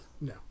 No